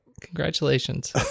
congratulations